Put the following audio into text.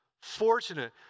Fortunate